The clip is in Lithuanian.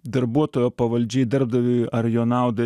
darbuotojo pavaldžiai darbdaviui ar jo naudai